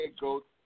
GOAT